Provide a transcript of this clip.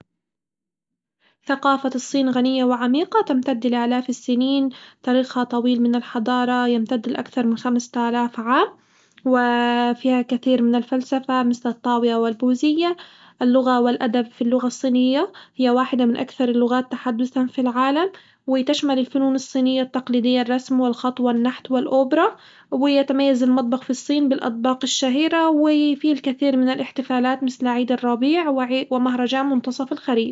ثقافة الصين غنية وعميقة تمتد لآلاف السنين تاريخها طويل من الحضارة يمتد لأكثر من خمسة آلاف عام، و فيها كثير من الفلسفة مثل الطاوية والبوزية، اللغة والأدب في اللغة الصينية هي واحدة من أكثر اللغات تحدثًا في العالم، وتشمل الفنون الصينية الرسم والخط والنحت والأوبرا ويتميز المطبخ في الصين بالأطباق الشهيرة وفي الكثير من الاحتفالات مثل عيد الربيع وع- ومهرجان منتصف الخريف.